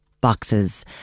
boxes